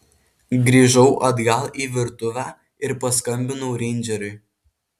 grįžau atgal į virtuvę ir paskambinau reindžeriui